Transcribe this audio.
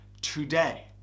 today